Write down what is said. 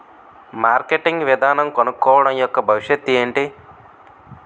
Marketing విధానం కనుక్కోవడం యెక్క భవిష్యత్ ఏంటి?